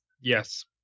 Yes